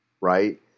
right